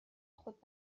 خود